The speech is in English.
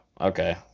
okay